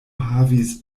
havis